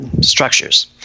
structures